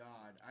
God